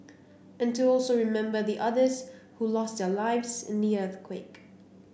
and to also remember the others who lost their lives in the earthquake